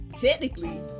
technically